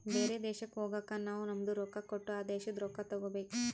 ಬೇರೆ ದೇಶಕ್ ಹೋಗಗ್ ನಾವ್ ನಮ್ದು ರೊಕ್ಕಾ ಕೊಟ್ಟು ಆ ದೇಶಾದು ರೊಕ್ಕಾ ತಗೋಬೇಕ್